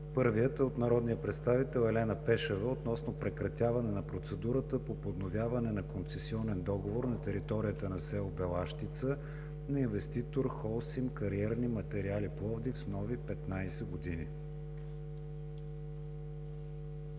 Първият е от народния представител Елена Пешева относно прекратяване на процедурата по подновяване на концесионен договор на територията на село Белащица на инвеститор „Холсим Кариерни материали Пловдив“ с нови 15 години.